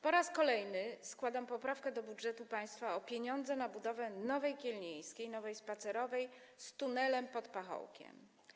Po raz kolejny składam poprawkę do budżetu państwa o pieniądze na budowę Nowej Kielnieńskiej, Nowej Spacerowej z tunelem pod Pachołkiem.